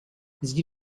sie